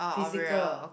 physical